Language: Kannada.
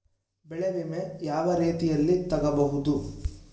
ಬೆಳೆ ವಿಮೆ ಯಾವ ರೇತಿಯಲ್ಲಿ ತಗಬಹುದು?